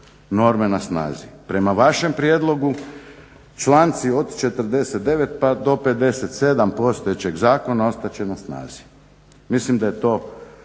norme na snazi. Prema vašem prijedlogu članci od 49. pa do 57. postojećeg zakona ostat će na snazi. Mislim da je to